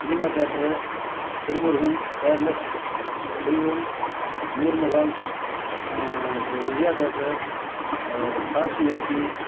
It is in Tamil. cinema theatre Thirumurugan palace Selvam Noor Mahal இப்போது விஜயா தேட்ரு காசி ஏசி